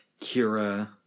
Kira